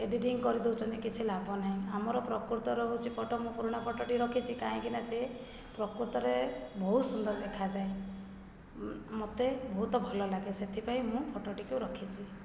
editing କରି ଦେଉଛନ୍ତି କିଛି ଲାଭ ନାହିଁ ଆମର ପ୍ରକୃତର ହେଉଛି ଫଟୋ ମୋ ପୁରୁଣା ଫଟୋଟି ରଖିଛି କାହିଁକି ନା ସେ ପ୍ରକୃତରେ ବହୁତ ସୁନ୍ଦର ଦେଖାଯାଏ ମୋତେ ବହୁତ ଭଲ ଲାଗେ ସେଥିପାଇଁ ମୁଁ ଫଟୋଟିକୁ ରଖିଛି